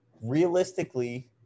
Realistically